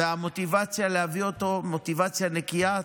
והמוטיבציה להביא אותו היא מוטיבציה נקייה,